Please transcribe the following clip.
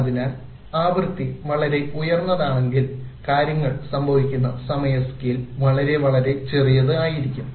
അതിനാൽ ആവൃത്തി വളരെ ഉയർന്നതാണെങ്കിൽ കാര്യങ്ങൾ സംഭവിക്കുന്ന സമയ സ്കെയിൽ വളരെ വളരെ ചെറിയതു ആയിരിക്കും